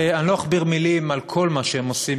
ואני לא אכביר מילים על כל מה שהם עושים,